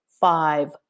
five